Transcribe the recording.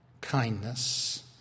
kindness